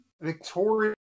Victoria